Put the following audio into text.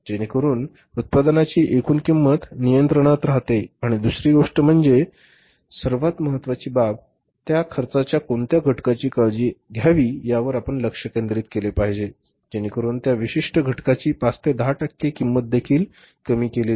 जेणेकरून उत्पादनाची एकूण किंमत नियंत्रणात राहते आणि दुसरी गोष्ट म्हणजे सर्वात महत्त्वाची बाब म्हणजे त्या खर्चाच्या कोणत्या घटकाची काळजी घ्यावी यावर आपण लक्ष केंद्रित केले पाहिजे जेणेकरून त्या विशिष्ट घटकाची 5 ते 10 टक्के किंमतदेखील कमी केली जाईल